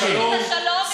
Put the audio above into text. תעשה שלום עם העם הפלסטיני.